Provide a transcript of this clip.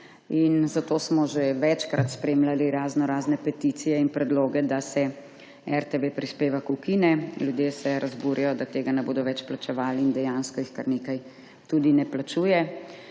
Zato smo že večkrat spremljali raznorazne peticije in predloge, da se RTV prispevek ukine. Ljudje se razburijo, da tega ne bodo več plačevali, in dejansko jih kar nekaj tudi ne plačuje.